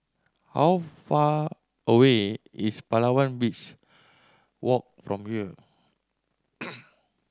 how far away is Palawan Beach Walk from here